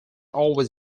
always